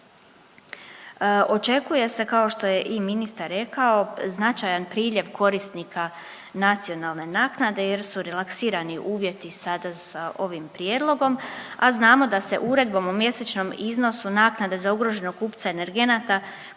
Očekuje se kao što je i ministar rekao značajan priljev korisnika nacionalne naknade jer su relaksirani uvjeti sada sa ovim prijedlogom, a znamo da se Uredbom o mjesečnom iznosu naknade za ugroženog kupca energenata korisnici